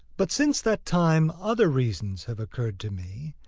but since that time other reasons have occurred to me,